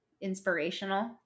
inspirational